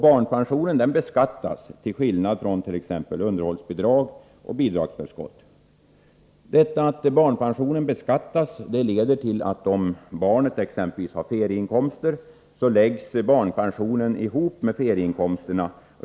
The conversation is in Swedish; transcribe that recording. Barnpensionen beskattas, till skillnad från t.ex. underhållsbidrag och bidragsförskott. Det faktum att barnpensionen beskattas leder till att om barnet har exempelvis ferieinkomster läggs ferieinkomsterna vid beskattningen ihop med barnpensionen.